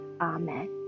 Amen